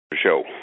show